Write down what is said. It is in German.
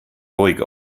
ruhig